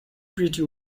petty